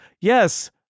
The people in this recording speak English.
yes